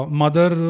mother